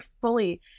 fully